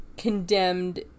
Condemned